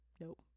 Nope